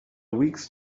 weeks